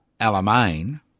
Alamein